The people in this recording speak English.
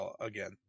again